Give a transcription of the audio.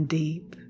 deep